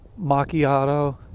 macchiato